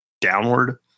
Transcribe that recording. downward